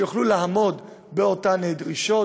שיוכלו לעמוד באותן דרישות.